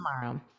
tomorrow